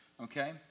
Okay